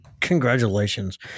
Congratulations